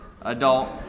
adult